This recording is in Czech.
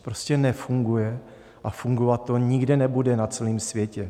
Prostě nefunguje a fungovat to nikde nebude na celém světě.